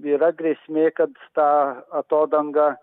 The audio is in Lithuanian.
yra grėsmė kad ta atodanga